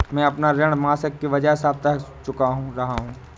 मैं अपना ऋण मासिक के बजाय साप्ताहिक चुका रहा हूँ